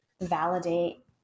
validate